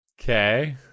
Okay